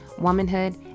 womanhood